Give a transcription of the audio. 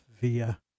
via